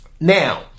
Now